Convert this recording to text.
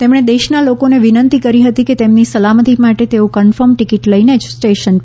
તેમણે દેશના લોકોને વિનંતી કરી હતી કે તેમની સલામતી માટે તેઓ કન્ફર્મ ટીકીટ લઈને જ સ્ટેશન પર આવે